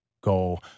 go